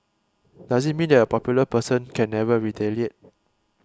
does it mean that a popular person can never retaliate